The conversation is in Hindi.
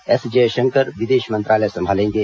एस जयशंकर विदेश मंत्रालय संभालेंगे